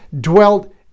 dwelt